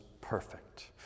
perfect